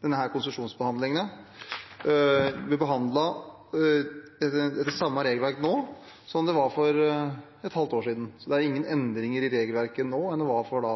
denne konsesjonsbehandlingen nå bli behandlet etter det samme regelverket som det som var for et halvt år siden. Så det er ingen endringer i regelverket nå i forhold til det som var for